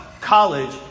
college